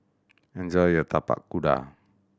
enjoy your Tapak Kuda